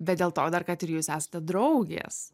bet dėl to dar kad ir jūs esate draugės